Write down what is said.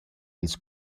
ils